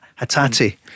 Hatati